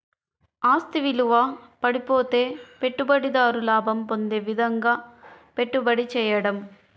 ఆస్తి విలువ పడిపోతే పెట్టుబడిదారు లాభం పొందే విధంగాపెట్టుబడి చేయడం